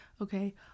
okay